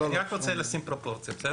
אני רוצה לשים את הדברים בפרופורציות.